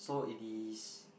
so it is